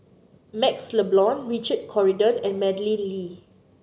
MaxLe Blond Richard Corridon and Madeleine Lee